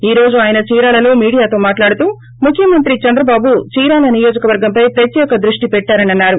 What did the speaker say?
ఈ రోజు ఆయన చీరాలలో మీడియాతో మాట్లాడుతూ ముఖ్యమంత్రి చంద్రబాబు చీరాల నియోజకవర్గంపై ప్రత్యేక దృష్ణి పెట్టారని అన్నారు